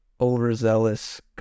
overzealous